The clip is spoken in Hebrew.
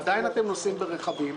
עדיין אתם נוסעים ברכבים,